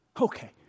Okay